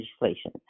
legislation